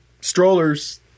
strollers